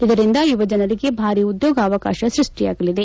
ಇದರಿಂದ ಯುವಜನರಿಗೆ ಭಾರಿ ಉದ್ಯೋಗವಾಶ ಸ್ಕಷ್ಟಿಯಾಗಲಿದೆ